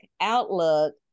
Outlook